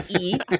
eat